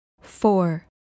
four